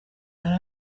hari